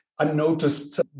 unnoticed